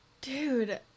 dude